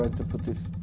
to put this